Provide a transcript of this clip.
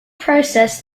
process